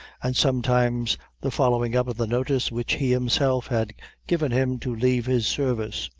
and sometimes the following up of the notice which he himself had given him to leave his service.